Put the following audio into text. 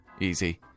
easy